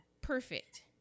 Perfect